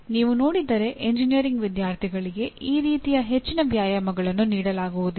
ನೀವು ನೋಡಿದರೆ ಎಂಜಿನಿಯರಿಂಗ್ ವಿದ್ಯಾರ್ಥಿಗಳಿಗೆ ಈ ರೀತಿಯ ಹೆಚ್ಚಿನ ವ್ಯಾಯಾಮಗಳನ್ನು ನೀಡಲಾಗುವುದಿಲ್ಲ